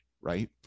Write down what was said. right